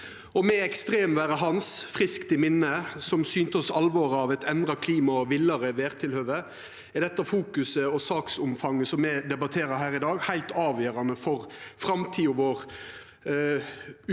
Med ekstremvêret Hans friskt i minne, som synte oss alvoret av eit endra klima og villare vêrtilhøve, er dette fokuset og det saksomfanget som me debatterer her i dag, heilt avgjerande for framtida vår – utan